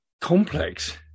complex